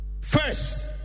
First